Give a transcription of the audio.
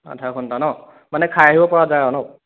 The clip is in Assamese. আধা ঘণ্টা ন মানে খাই আহিব পৰা যায় আৰু ন